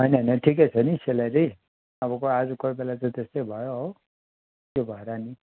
होइन होइन ठिकै छ नि सेलेरी अब आज कोही बेला त त्यस्तै भयो हो त्यही भएर नी